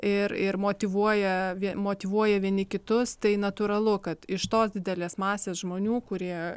ir ir motyvuoja motyvuoja vieni kitus tai natūralu kad iš tos didelės masės žmonių kurie